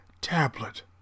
tablet